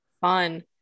Fun